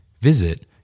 Visit